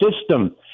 system